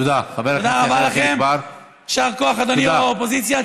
תודה רבה לכם, יישר כוח, אדוני יו"ר האופוזיציה.